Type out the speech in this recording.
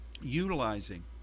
utilizing